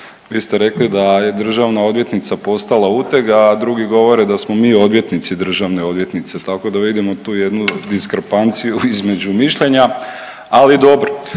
Vi ste rekli da je državna odvjetnica postala uteg, a drugi govore da smo mi odvjetnici državne odvjetnice. Tako da vidimo tu jednu diskrepanciju između mišljenja, ali dobro.